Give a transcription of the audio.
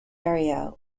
area